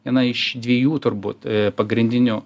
viena iš dviejų turbūt pagrindinių